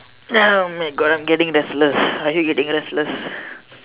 ya oh my God I am getting the restless are you getting restless